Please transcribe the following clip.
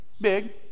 Big